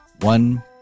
One